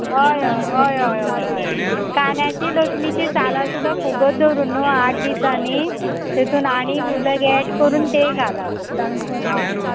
हय हय हय कान्याची लसणेची सुद्दां फुगत धरून न्हू आठ दिसांनी तेतून आनी उदक एड करून तें घालप हय